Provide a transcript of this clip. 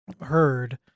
heard